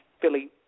Philly